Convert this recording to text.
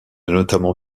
notamment